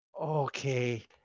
Okay